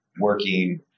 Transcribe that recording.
working